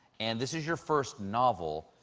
and this is your first novel.